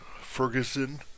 Ferguson